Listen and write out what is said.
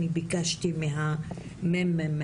אני ביקשתי מהממ"מ,